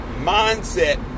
mindset